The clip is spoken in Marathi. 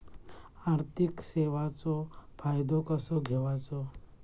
आर्थिक सेवाचो फायदो कसो घेवचो?